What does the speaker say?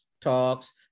talks